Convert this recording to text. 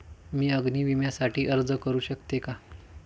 मी अग्नी विम्यासाठी अर्ज करू शकते का?